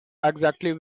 exactly